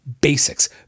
basics